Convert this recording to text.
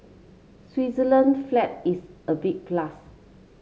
Switzerland flag is a big plus